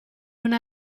una